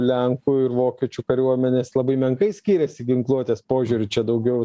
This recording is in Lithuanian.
lenkų ir vokiečių kariuomenės labai menkai skyrėsi ginkluotės požiūriu čia daugiau